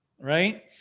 right